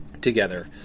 together